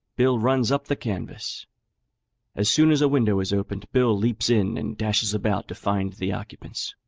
bill runs up the canvas as soon as a window is opened, bill leaps in and dashes about to find the occupants,